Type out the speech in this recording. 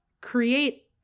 create